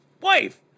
wife